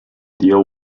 deal